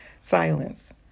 silence